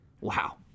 Wow